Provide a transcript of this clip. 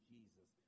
Jesus